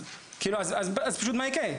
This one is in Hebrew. כאילו אז, אז פשוט מה יקרה?